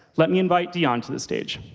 let me invite dion to the stage.